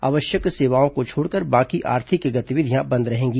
आवश्यक सेवाओं को छोड़कर बाकी आर्थिक गतिविधियां बंद रहेंगी